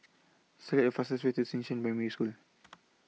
Select The fastest Way to Xishan Primary School